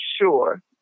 sure